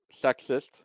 sexist